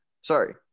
Sorry